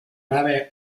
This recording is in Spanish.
nave